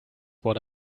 what